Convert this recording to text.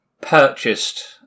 purchased